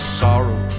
sorrow